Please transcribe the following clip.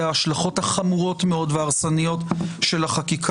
ההשלכות החמורות מאוד וההרסניות של החקיקה.